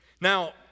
Now